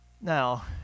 Now